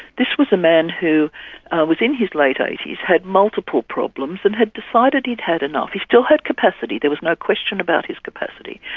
this was a man who was in his late eighty s, had multiple problems and had decided he'd had enough. he still had capacity, there was no question about his capacity,